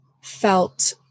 felt